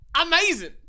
amazing